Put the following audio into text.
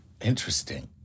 Interesting